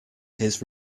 his